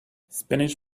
spanish